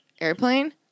airplane